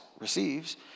receives